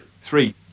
three